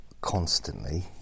constantly